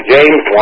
James